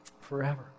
forever